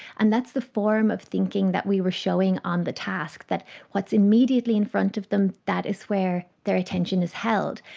and that's the form of thinking that we were showing on the task, that what's immediately in front of them, that is where their attention is held.